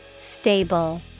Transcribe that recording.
Stable